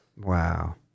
Wow